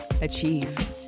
achieve